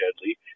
deadly